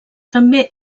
també